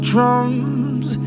Drums